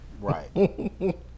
Right